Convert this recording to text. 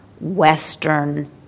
Western